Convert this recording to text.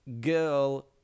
girl